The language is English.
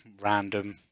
random